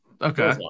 Okay